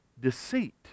deceit